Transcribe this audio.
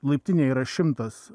laiptinėje yra šimtas